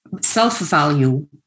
self-value